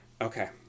okay